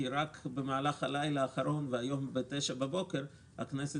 כי רק במהלך הלילה האחרון והיום ב-9 בבוקר הכנסת